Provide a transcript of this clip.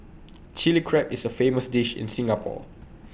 Chilli Crab is A famous dish in Singapore